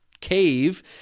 cave